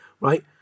right